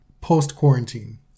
post-quarantine